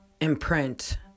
imprint